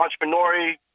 entrepreneurial